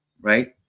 Right